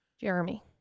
Jeremy